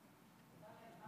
בבקשה.